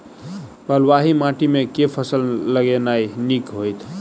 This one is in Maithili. बलुआही माटि मे केँ फसल लगेनाइ नीक होइत?